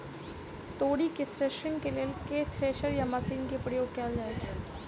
तोरी केँ थ्रेसरिंग केँ लेल केँ थ्रेसर या मशीन केँ प्रयोग कैल जाएँ छैय?